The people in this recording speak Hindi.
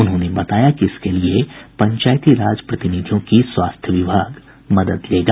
उन्होंने बताया कि इसके लिए पंचायती राज प्रतिनिधियों की स्वास्थ्य विभाग मदद लेगा